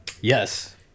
Yes